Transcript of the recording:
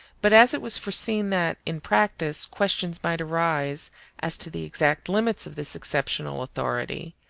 but as it was foreseen that, in practice, questions might arise as to the exact limits of this exceptional authority,